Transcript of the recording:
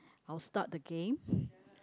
I will start the game